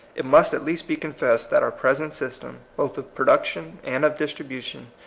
it must at least be confessed that our present system, both of production and of distribution,